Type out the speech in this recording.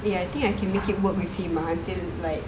eh I think I can make it work with him ah until like